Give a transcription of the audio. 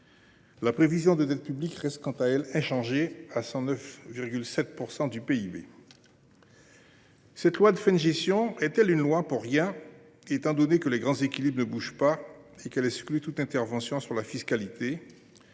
La prévision de dette publique reste quant à elle inchangée, à 109,7 % du PIB. Cette loi de finances de fin de gestion est elle une loi pour rien, étant donné que les grands équilibres ne bougent pas et qu’elle exclut toute intervention sur la fiscalité,